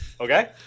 Okay